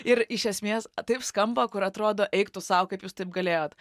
ir iš esmės taip skamba kur atrodo eik tu sau kaip jūs taip galėjot